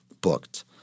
booked